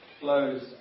Flows